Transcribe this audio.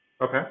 Okay